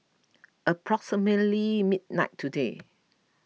approximately midnight today